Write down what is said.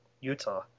Utah